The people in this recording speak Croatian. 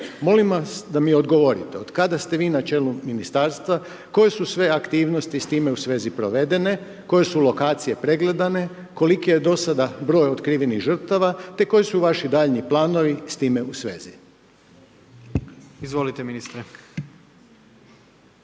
Molim vas, da mi odgovorite, od kada ste vi na čelu Ministarstva, koje su sve aktivnosti s time u svezi provedene, koje su lokacije pregledane, koliki je do sada broj otkrivenih žrtava, te koji su vaši daljnji planovi s time u svezi? **Jandroković,